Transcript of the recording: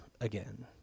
again